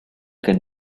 can